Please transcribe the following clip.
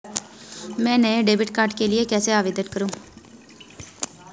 मैं नए debit card के लिए कैसे आवेदन करूं?